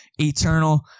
eternal